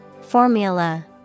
Formula